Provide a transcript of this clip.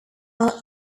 are